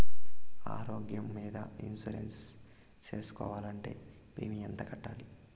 ఆరోగ్యం మీద ఇన్సూరెన్సు సేసుకోవాలంటే ప్రీమియం ఎంత కట్టాలి?